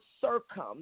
circum